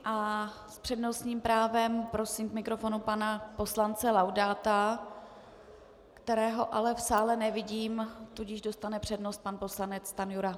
S přednostním právem prosím k mikrofonu pana poslance Laudáta, kterého ale v sále nevidím, tudíž dostane přednost pan poslanec Stanjura.